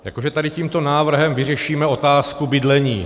jako že tady tímto návrhem vyřešíme otázku bydlení.